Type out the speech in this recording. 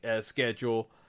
schedule